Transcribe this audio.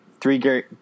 Three